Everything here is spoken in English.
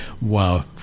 Wow